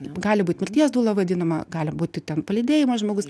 gali būt mirties dula vadinama gali būti ten palydėjimas žmogus